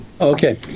Okay